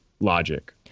logic